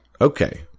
Okay